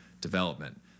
development